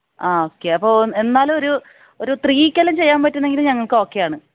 ആ ഓക്കേ അപ്പോൾ എന്നാൽ ഒരു ഒരു ത്രീക്ക് എല്ലാം ചെയ്യാൻ പറ്റുന്നെങ്കിൽ ഞങ്ങൾക്ക് ഓക്കെ ആണ്